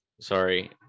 Sorry